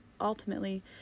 ultimately